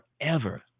forever